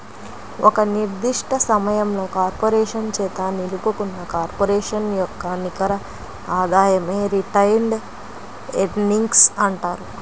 ఒక నిర్దిష్ట సమయంలో కార్పొరేషన్ చేత నిలుపుకున్న కార్పొరేషన్ యొక్క నికర ఆదాయమే రిటైన్డ్ ఎర్నింగ్స్ అంటారు